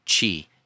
Chi